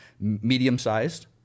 Medium-sized